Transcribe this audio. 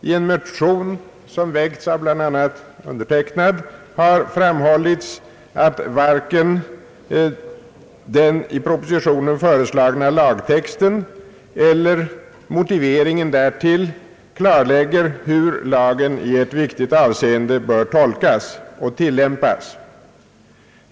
I en reservation av bl.a. undertecknad har framhållits att varken den i propositionen föreslagna lagtexten el ler motiveringen till denna klarlägger hur lagen i ett viktigt avseende bör tolkas och tillämpas.